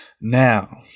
Now